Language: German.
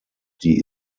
die